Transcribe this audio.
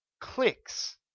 clicks